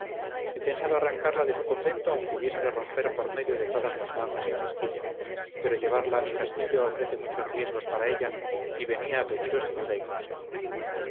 he pensado arrancarla de su convento aunque hubiese de romper por medio de todas las lanzas de castilla pero llevarla a mi castillo ofrece muchos riesgos para ella y venía a pediros ayuda y consejo